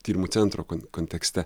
tyrimų centro kontekste